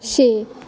छे